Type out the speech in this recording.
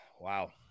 Wow